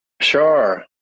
Sure